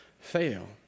fail